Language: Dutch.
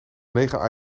negen